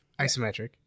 isometric